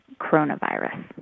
coronavirus